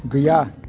गैया